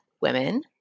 women